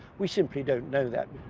we simply don't know that.